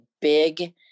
big